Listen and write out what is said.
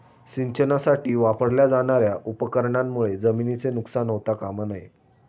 सिंचनासाठी वापरल्या जाणार्या उपकरणांमुळे जमिनीचे नुकसान होता कामा नये